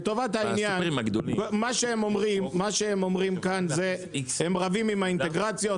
לטובת העניין מה שהם אומרים כאן זה שהם רבים עם האינטגרציות,